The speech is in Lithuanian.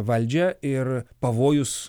valdžią ir pavojus